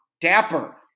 dapper